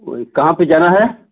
वही कहाँ पर जाना है